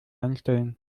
einstellen